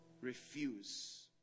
refuse